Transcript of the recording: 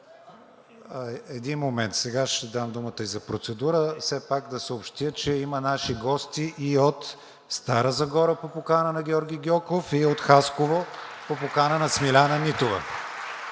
Един момент, сега ще дам думата и за процедура. Все пак да съобщя, че има наши гости и от Стара Загора по покана на Георги Гьоков и от Хасково по покана на Смиляна Нитова.